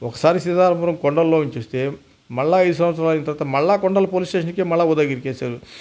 ఒకసారి సీతారామపురం కొండల్లో నుంచి వస్తే మరల ఈ సంవత్సరం అయిన తర్వాత మరల కొండల పోలీస్ స్టేషన్కే మరల ఉదయగిరికి వేశారు